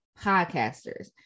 podcasters